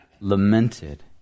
lamented